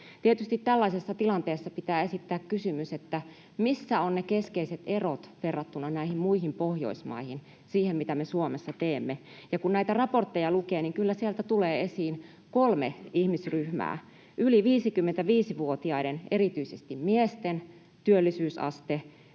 Tietysti tällaisessa tilanteessa pitää esittää kysymys, missä ovat ne keskeiset erot verrattuna muihin Pohjoismaihin siinä, mitä me Suomessa teemme. Ja kun näitä raportteja lukee, niin kyllä sieltä tulee esiin kolme ihmisryhmää: yli 55-vuotiaiden, erityisesti miesten, työllisyysaste;